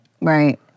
Right